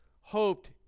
hoped